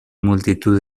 multitud